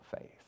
faith